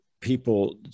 people